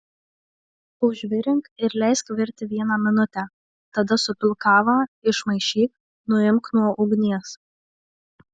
užvirink ir leisk virti vieną minutę tada supilk kavą išmaišyk nuimk nuo ugnies